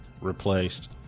replaced